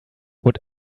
would